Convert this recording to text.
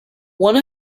one